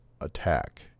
attack